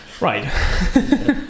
Right